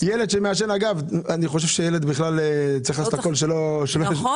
צריך לעשות הכול שילד